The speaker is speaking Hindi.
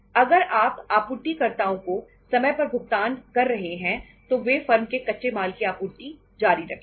अगर आप आपूर्तिकर्ताओं को समय पर भुगतान कर रहे हैं तो वे फर्म के कच्चे माल की आपूर्ति जारी रखेंगे